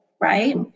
right